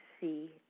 see